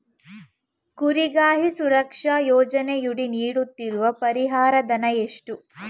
ಕುರಿಗಾಹಿ ಸುರಕ್ಷಾ ಯೋಜನೆಯಡಿ ನೀಡುತ್ತಿರುವ ಪರಿಹಾರ ಧನ ಎಷ್ಟು?